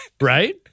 right